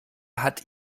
hat